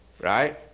right